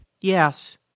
Yes